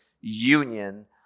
union